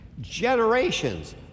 Generations